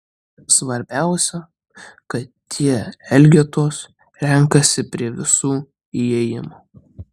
svarbiausia kad tie elgetos renkasi prie visų įėjimų